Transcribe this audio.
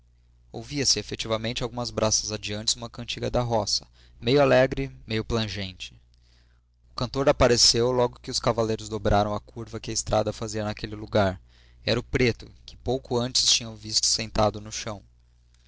ouvia-se efetivamente a algumas braças adiante uma cantiga da roça meio alegre meio plangente o cantor apareceu logo que os cavaleiros dobraram a curva que a estrada fazia naquele lugar era o preto que pouco antes tinham visto sentado no chão